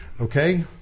Okay